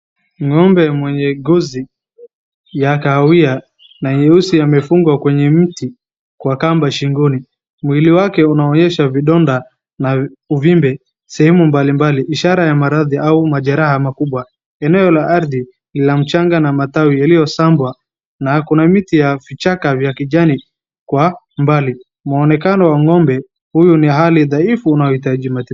Ngombe mwenye ngozi ya kahawia na nyeusi amefungwa kwenye mti kwa kamba shingoni .Mwili wake unaonyesha vidonda na uvimbe sehemu mbalimbali, ishara ya maradhi au majiraha makubwa .Eneo la ardhi ni la mchanga na matawi yaliyo sambwa na kuna miti ya vichaka vya kijani kwa umbali .Mwonekano wa ngombe huyu ni hali dhaifu na unaohitaji matibabu.